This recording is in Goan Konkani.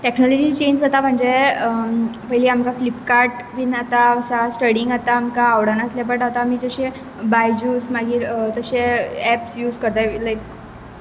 टॅक्नोलोजी चेन्ज जाता म्हणजे पयलीं आमकां फ्लिपकार्ट बीन आतां आसा स्टडींग आतां आमकां आवड नासलें बट आतां आमी जशे बायजूस मागीर तशे एप्स यूझ करतात लायक